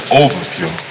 overview